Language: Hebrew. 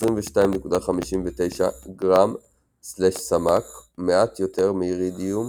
22.59 גרם/סמ"ק, מעט יותר מאירידיום,